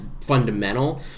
fundamental